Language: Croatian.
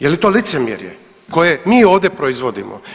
Je li to licemjerje koje mi ovdje proizvodimo?